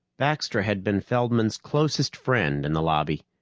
baxter had been feldman's closest friend in the lobby.